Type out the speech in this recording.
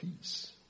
peace